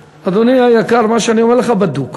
אדוני היקר, מה שאני אומר לך בדוק.